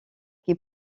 qui